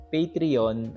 Patreon